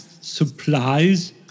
supplies